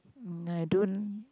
I don't